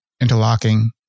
interlocking